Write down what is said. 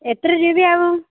എത്ര രൂപയാകും